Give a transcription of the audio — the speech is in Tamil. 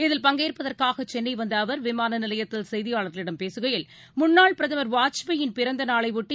இதில் பங்கேற்பதற்காக சென்னை வந்த வந்த அவர் விமான நிலையத்தில் செய்தியாளர்களிடம் பேசுகையில் முன்னாள் பிரதமர் வாஜ்பாயின் பிறந்த நாளையொட்டி